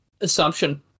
assumption